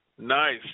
Nice